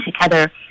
together